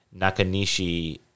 Nakanishi